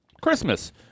Christmas